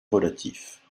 relatif